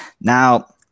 Now